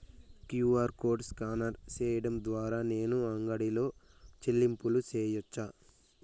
QR code scan సేయడం ద్వారా నేను అంగడి లో చెల్లింపులు సేయొచ్చా?